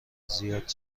زیاد